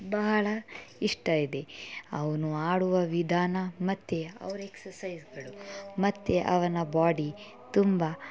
ಬಹಳ ಇಷ್ಟ ಇದೆ ಅವನು ಆಡುವ ವಿಧಾನ ಮತ್ತು ಅವ್ರ ಎಕ್ಸರ್ಸೈಸ್ಗಳು ಮತ್ತು ಅವನ ಬಾಡಿ ತುಂಬ